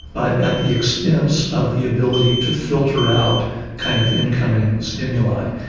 but at the expense of the ability to filter out kind of incoming stimuli.